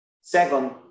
Second